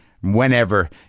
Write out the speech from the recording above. whenever